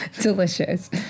delicious